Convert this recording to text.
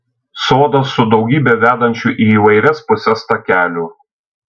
sodas su daugybe vedančių į įvairias puses takelių